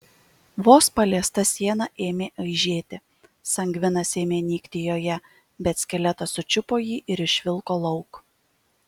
vos paliesta siena ėmė aižėti sangvinas ėmė nykti joje bet skeletas sučiupo jį ir išvilko lauk